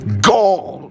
god